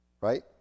right